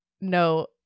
No